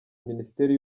ministeri